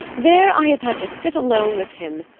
there i have had to sit alone with him,